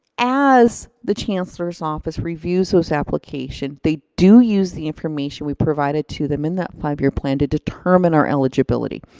as the chancellor's office reviews those application they do use the information we provided to them in that five year plan to determine our eligibility.